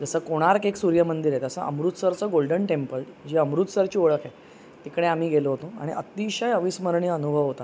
जसं कोणार क एक सूर्य मंदिर आहे तसं अमृतसरचं गोल्डन टेंपल जी अमृतसरची ओळख आहे तिकडे आम्ही गेलो होतो आणि अतिशय अविस्मरणीय अनुभव होता